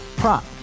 prop